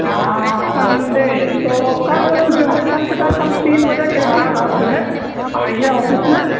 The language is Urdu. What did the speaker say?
آہ سنڈے تو کل جو ہے کل بیٹا کل تین بجے کے بعد آپ جو ہے آئیے آفس میں